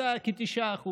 הייתה כ-9%.